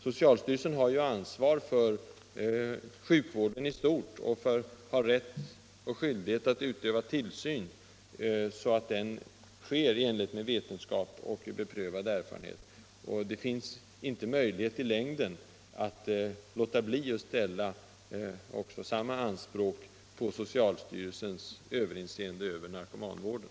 Socialstyrelsen har ju ansvaret för sjukvården i stort och har rätt och skyldighet att utöva tillsyn så att vården sker i enlighet med vetenskap och beprövad erfarenhet. Det finns ingen möjlighet att i längden låta bli att ställa samma anspråk på socialstyrelsens överinseende över narkomanvården.